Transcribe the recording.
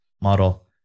model